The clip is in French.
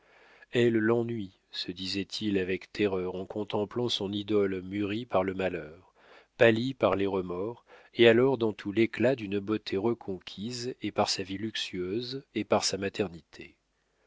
elles l'ennuient se disait-il avec terreur en contemplant son idole mûrie par le malheur pâlie par les remords et alors dans tout l'éclat d'une beauté reconquise et par sa vie luxueuse et par sa maternité